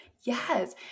Yes